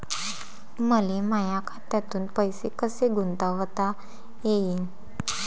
मले माया खात्यातून पैसे कसे गुंतवता येईन?